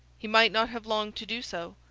he might not have long to do so.